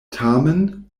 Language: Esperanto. tamen